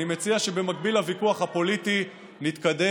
אני מציע שבמקביל לוויכוח הפוליטי נתקדם,